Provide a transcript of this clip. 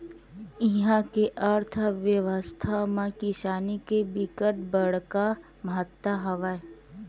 इहा के अर्थबेवस्था म किसानी के बिकट बड़का महत्ता हवय